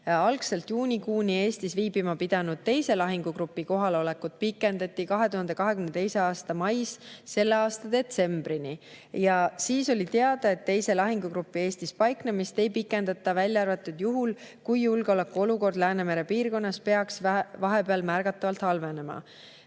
Algselt juunikuuni Eestis viibima pidanud teise lahingugrupi kohalolekut pikendati 2022. aasta mais selle aasta detsembrini ja siis oli teada, et teise lahingugrupi Eestis paiknemist ei pikendata, välja arvatud juhul, kui julgeolekuolukord Läänemere piirkonnas peaks vahepeal märgatavalt halvenema.